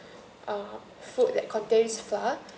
uh food that contains flour